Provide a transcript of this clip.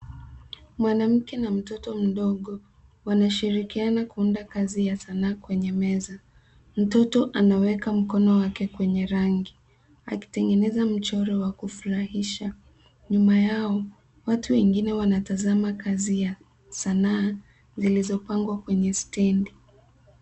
Mwanamke na mtoto mdogo wanashirikiana kuunda kazi ya sanaa kwenye meza. Mtoto anaweka mkono wake kwenye rangi akitengeneza mchoro wa kufurahisha. Nyuma yao kuna watu wengine wanatazama kazi ya sanaa zilizopangwa kwenye stendi.